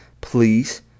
please